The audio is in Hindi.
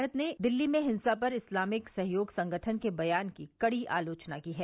भारत ने दिल्ली में हिंसा पर इस्लामिक सहयोग संगठन के बयान की कड़ी आलोचना की है